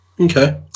Okay